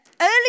early